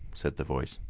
said the voice.